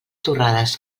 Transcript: torrades